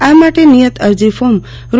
આ માટે નિયત અરજી ફોર્મ રૂ